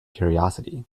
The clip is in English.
curiosity